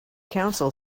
council